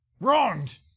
wronged